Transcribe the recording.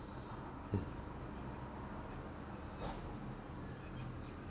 ya